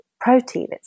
protein